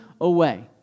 away